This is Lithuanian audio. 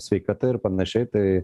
sveikata ir panašiai tai